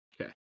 Okay